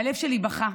הלב שלי בכה.